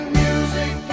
music